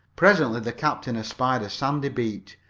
presently the captain espied a sandy beach,